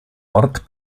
ort